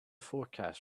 forecast